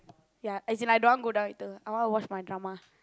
ya as in I don't want go down later I want to watch my drama